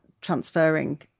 transferring